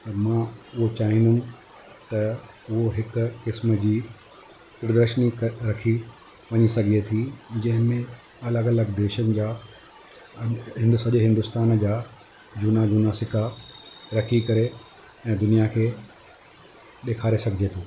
मां उहो चाहींदुमि त उहो हिकु क़िस्म जी प्रदर्शनी रखी वञी सघे थी जंहिं में अलॻि अलॻि देशनि जा हिन सॼे हिंदुस्तान जा झूना झूना सिका रखी करे ऐं दुनिया खे ॾेखारे सघिजे थो